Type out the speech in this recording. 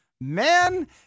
man